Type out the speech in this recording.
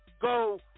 go